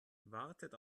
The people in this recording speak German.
wartet